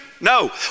No